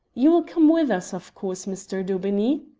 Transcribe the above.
you will come with us, of course, mr. daubeney?